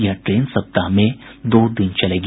यह ट्रेन सप्ताह में दो दिन चलेगी